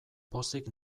pozik